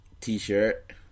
T-shirt